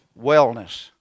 wellness